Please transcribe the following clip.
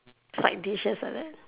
it's like dishes like that